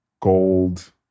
gold